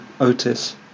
Otis